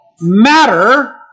matter